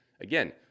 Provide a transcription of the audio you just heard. Again